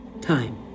time